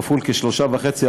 כפול 3.5,